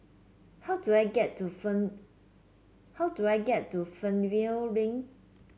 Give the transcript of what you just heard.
how do I get to Fern how do I get to Fernvale Link